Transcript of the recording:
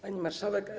Pani Marszałek!